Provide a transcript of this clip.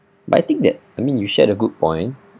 but I think that to me you shared a good point